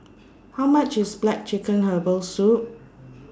How much IS Black Chicken Herbal Soup